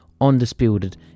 undisputed